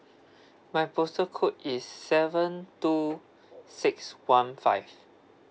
my postal code is seven two six one five